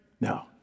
No